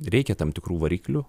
reikia tam tikrų variklių